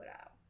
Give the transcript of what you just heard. out